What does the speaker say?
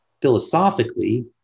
philosophically